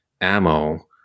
ammo